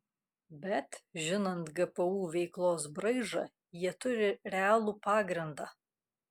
bet žinant gpu veiklos braižą jie turi realų pagrindą